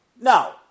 No